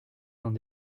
dans